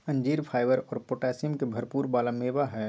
अंजीर फाइबर और पोटैशियम के भरपुर वाला मेवा हई